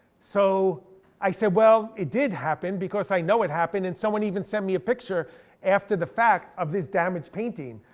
so i said well, it did happen because i know it happened, and someone even sent me a picture after the fact of this damaged painting.